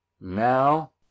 now